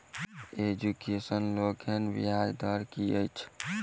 Education लोनक ब्याज दर की अछि?